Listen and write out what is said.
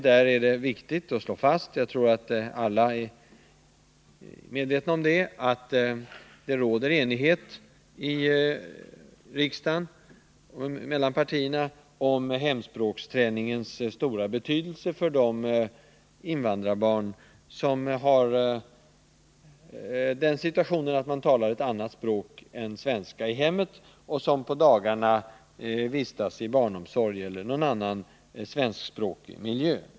Det är viktigt att slå fast, att det råder enighet i riksdagen mellan partierna om hemspråksträningens stora betydelse för de invandrarbarn som har den situationen att man talar ett annat språk än svenska i hemmet och att de på dagarna vistas i barnomsorg eller i någon annan svenskspråkig miljö.